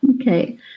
Okay